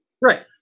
Right